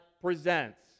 presents